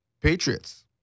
Patriots